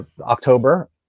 October